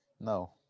No